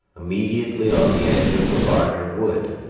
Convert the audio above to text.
immediately on the edge of the larger wood,